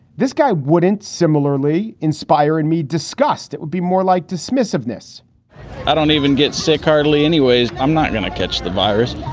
this guy wouldn't similarly inspire in me disgust. it would be more like dismissiveness i don't even get sick. hardly, anyways. i'm not going to catch the virus.